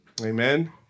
Amen